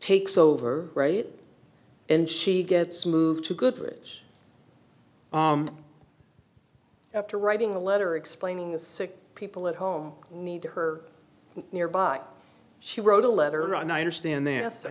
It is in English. takes over and she gets moved to goodrich after writing a letter explaining the sick people at home need her nearby she wrote a letter and i understand they asked i